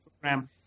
program